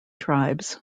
tribes